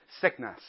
sickness